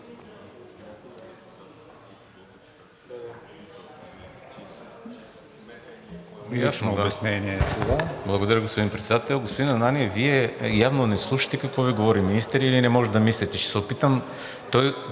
Благодаря, господин Председател. Господин Ананиев, Вие явно не слушате какво Ви говори министърът или не може да мислите. Той